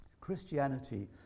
Christianity